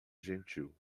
gentil